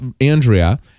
Andrea